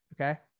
Okay